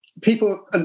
people